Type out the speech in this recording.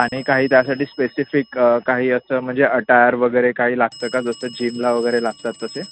आणि काही त्यासाठी स्पेसिफिक काही असं म्हणजे अटायर वगैरे काही लागतं का जसं जिमला वगैरे लागतात तसे